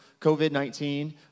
COVID-19